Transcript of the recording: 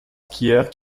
skieurs